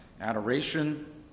Adoration